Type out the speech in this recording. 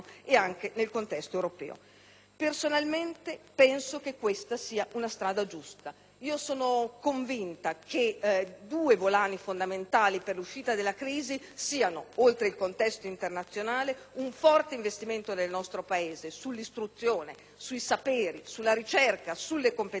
Personalmente penso che questa sia una strada giusta. Sono convinta che due volani fondamentali per l'uscita dalla crisi siano, oltre al contesto internazionale, da un lato, un forte investimento nel nostro Paese sull'istruzione, sui saperi, sulla ricerca e sulle competenze delle persone e, dall'altro, sulla